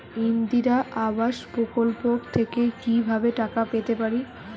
ইন্দিরা আবাস প্রকল্প থেকে কি ভাবে টাকা পেতে পারি?